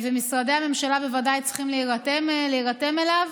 ומשרדי הממשלה ודאי צריכים להירתם אליו